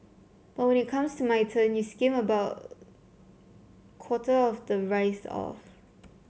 but when it comes to my turn you skim about quarter of the rice off